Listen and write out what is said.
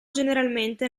generalmente